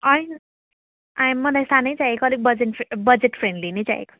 होइन I am मलाई अलिक सानै चाहिएको अलिक बजेट फ्रेन्ट बजेट फ्रेन्डली नै चाहिएको